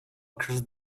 across